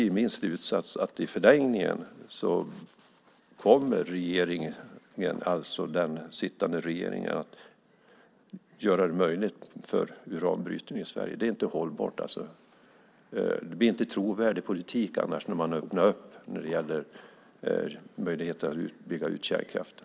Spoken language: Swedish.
Då blir min slutsats att den sittande regeringen i förlängningen kommer att göra det möjligt med uranbrytning i Sverige. Det blir inte en trovärdig politik annars när man öppnar för möjligheter att bygga ut kärnkraften.